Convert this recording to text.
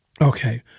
Okay